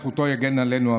זכותו יגן עלינו,